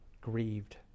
grieved